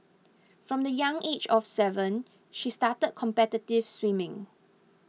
from the young age of seven she started competitive swimming